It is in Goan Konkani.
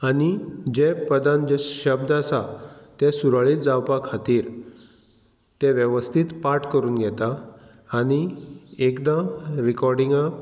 आनी जे प्रधान जे शब्द आसा ते सुरळीत जावपा खातीर ते वेवस्थीत पाठ करून घेता आनी एकदां रिकोर्डिंगा